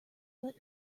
but